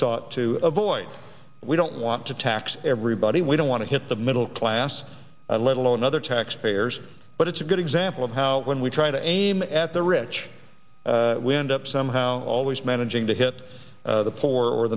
sought to avoid we don't want to tax everybody we don't want to hit the middle class let alone other taxpayers but it's a good example of how when we try to aim at the rich we end up somehow always managing to hit the poor or